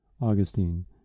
Augustine